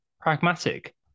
pragmatic